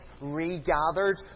regathered